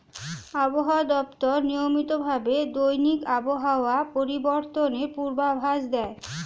আবহাওয়া দপ্তর নিয়মিত ভাবে দৈনিক আবহাওয়া পরিবর্তনের পূর্বাভাস দেয়